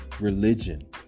religion